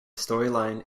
storyline